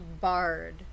bard